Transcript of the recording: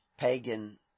pagan